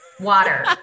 Water